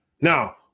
Now